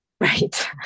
Right